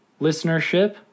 listenership